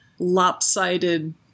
Lopsided